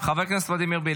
חבר הכנסת בליאק.